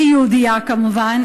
שהיא יהודייה כמובן,